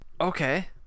Okay